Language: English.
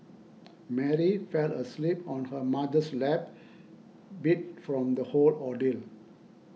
Mary fell asleep on her mother's lap beat from the whole ordeal